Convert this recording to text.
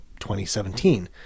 2017